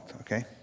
okay